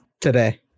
today